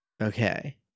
Okay